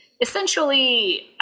essentially